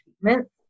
treatments